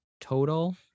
total